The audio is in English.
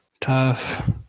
Tough